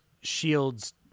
Shields